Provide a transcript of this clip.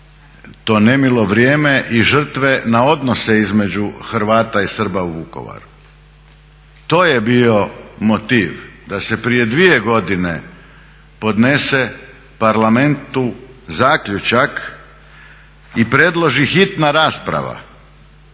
to nemilo vrijeme i žrtve na odnose između Hrvata i Srba u Vukovaru. To je bio motiv da se prije dvije godine podnese Parlamentu zaključak i predloži hitna rasprava